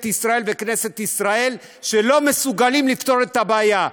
ישראל וכנסת ישראל שלא מסוגלות לפתור את הבעיה,